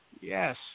Yes